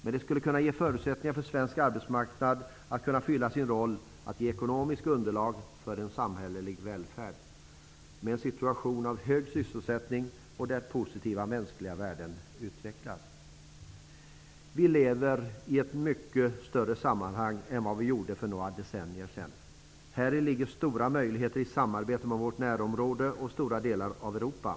Men det skulle kunna ge förutsättningar för svensk arbetsmarknad att fylla sin roll att ge ekonomiskt underlag för en samhällelig välfärd, med en situation av hög sysselsättning och där positiva mänskliga värden utvecklas. Vi lever i ett mycket större sammanhang än vad vi gjorde för några decennier sedan. Häri ligger stora möjligheter till samarbete med vårt närområde och stora delar av Europa.